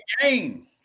game